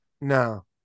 No